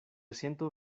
ciento